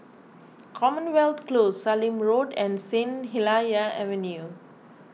Commonwealth Close Sallim Road and Saint Helier's Avenue